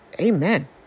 Amen